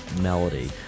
melody